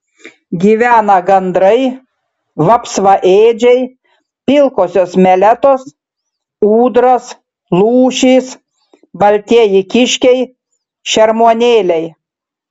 gyvena gandrai vapsvaėdžiai pilkosios meletos ūdros lūšys baltieji kiškiai šermuonėliai